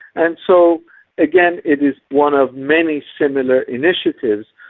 and so again it is one of many similar initiatives,